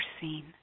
seen